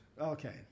Okay